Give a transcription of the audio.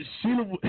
Sheila